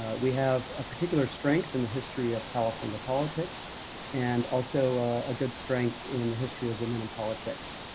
ah we have a particular strength in the history of california politics and also a good strength in the history of women in politics,